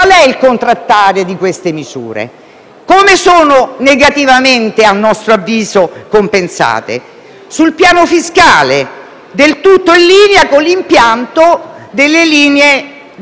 qual è il contraltare a queste misure? Come sono - negativamente a nostro avviso - compensate? Sul piano fiscale ci si muove del tutto in linea con l'impianto di quelle